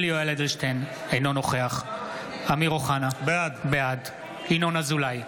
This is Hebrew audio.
אינו נוכח אמיר אוחנה, בעד ינון אזולאי,